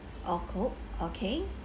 oh coke okay